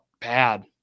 bad